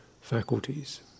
faculties